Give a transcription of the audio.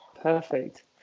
Perfect